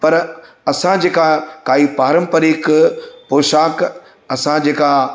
पर असां जेका काई पारंपारिक पौशाक असां जेका